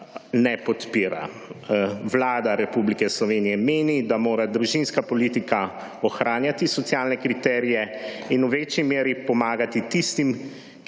ne podpira. Vlada Republike Slovenije meni, da mora družinska politika ohranjati socialne kriterije in v večji meri pomagati tistim,